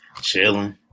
chilling